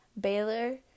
Baylor